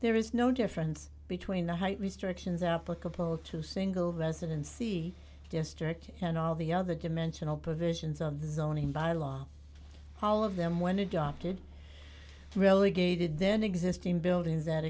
there is no difference between the height restrictions applicable to single residency district and all the other dimensional provisions of the zoning bylaw all of them when adopted relegated then existing buildings that